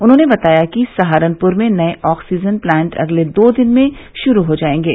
उन्होंने बताया कि सहारनपुर में नये ऑक्सीजन प्लांट अगले दो दिन में शुरू हो जायेंगे